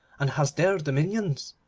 and has their dominions